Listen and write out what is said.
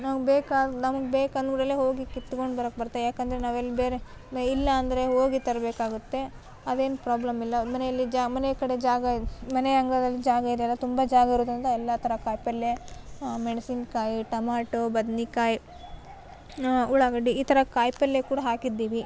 ನಾವು ಬೇಕಾದ ನಮಗೆ ಬೇಕಾದ ಅಂದರಲ್ಲೇ ಹೋಗಿ ಕಿತ್ಕೊಂಡು ಬರೋಕೆ ಬರ್ತವೆ ಯಾಕೆಂದರೆ ನಾವು ಎಲ್ಲಿ ಬೇರೆ ಇಲ್ಲ ಅಂದರೆ ಹೋಗಿ ತರಬೇಕಾಗುತ್ತೆ ಅದೇನು ಪ್ರಾಬ್ಲಮಿಲ್ಲ ಮನೆಯಲ್ಲಿ ಜಾ ಮನೆ ಕಡೆ ಜಾಗ ಇದು ಮನೆಯ ಅಂಗಳದಲ್ಲಿ ಜಾಗ ಇದೆಯಲ ತುಂಬ ಜಾಗ ಇರುವುದರಿಂದ ಎಲ್ಲ ಥರ ಕಾಯಿ ಪಲ್ಲೆ ಮೆಣಸಿನ್ಕಾಯಿ ಟೊಮಟೊ ಬದ್ನೆಕಾಯಿ ಉಳ್ಳಾಗಡ್ಡಿ ಈ ಥರ ಕಾಯಿ ಪಲ್ಲೆ ಕೂಡ ಹಾಕಿದ್ದೀವಿ